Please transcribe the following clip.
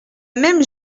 même